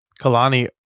Kalani